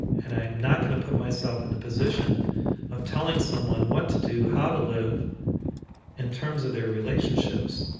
and i am not going to put myself in the position of telling someone what to do, how to live in terms of their relationships.